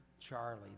Charlie